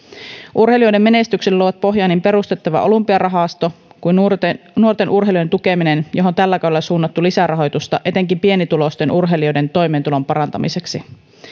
urheilijoiden menestykselle luovat pohjaa niin perustettava olympiarahasto kuin nuorten nuorten urheilijoiden tukeminen johon tällä kaudella on suunnattu lisärahoitusta etenkin pienituloisten urheilijoiden toimeentulon parantamiseksi